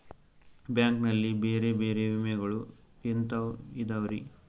Bank ನಲ್ಲಿ ಬೇರೆ ಬೇರೆ ವಿಮೆಗಳು ಎಂತವ್ ಇದವ್ರಿ?